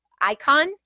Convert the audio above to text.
icon